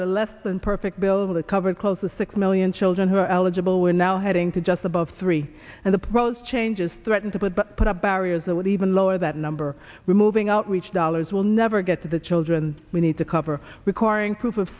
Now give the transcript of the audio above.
a less than perfect bill to cover calls with six million children who are eligible we're now heading to just above three and the pros changes threaten to put put up barriers that would even lower that number removing outreach dollars will never get to the children we need to cover requiring proof of